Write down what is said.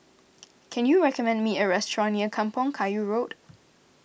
can you recommend me a restaurant near Kampong Kayu Road